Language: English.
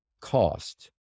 cost